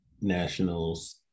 Nationals